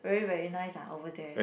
very very nice ah over there